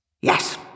Yes